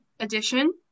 edition